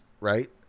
Right